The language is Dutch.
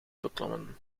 beklommen